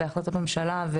בהחלטות ממשלה.